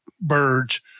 birds